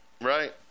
Right